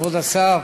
כבוד השר,